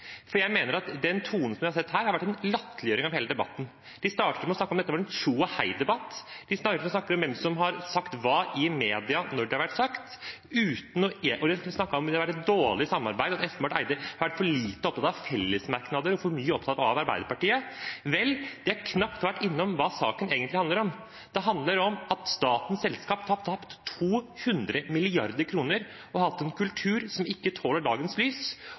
for jeg mener at den tonen vi har sett her, har vært en latterliggjøring av hele debatten. De starter med å snakke om at dette har vært en tjo og hei-debatt, om hvem som har sagt hva i media, om når det har vært sagt. De har snakket om at det har vært et dårlig samarbeid, og at Espen Barth Eide har vært for lite opptatt av fellesmerknader og for mye opptatt av Arbeiderpartiet. De har knapt vært innom hva saken egentlig handler om. Det handler om at statens selskap har tapt 200 mrd. kr og hatt en kultur som ikke tåler dagens lys,